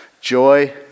Joy